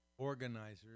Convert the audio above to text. Organizers